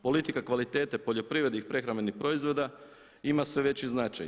Politika kvalitete poljoprivrednih i prehrambenih proizvoda ima sve veći značaj.